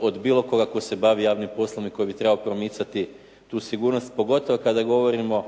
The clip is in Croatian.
od bilo koga tko se bavi javnim poslom i tko bi trebao promicati tu sigurnost. Pogotovo kada govorimo